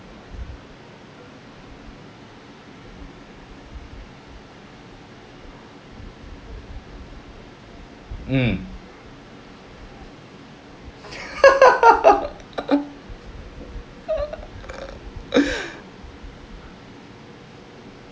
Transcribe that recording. mm